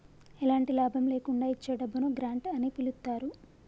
ఎలాంటి లాభం లేకుండా ఇచ్చే డబ్బును గ్రాంట్ అని పిలుత్తారు